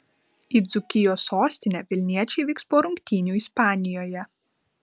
į dzūkijos sostinę vilniečiai vyks po rungtynių ispanijoje